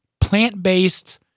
plant-based